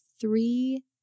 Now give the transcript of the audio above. three